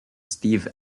steve